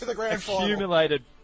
accumulated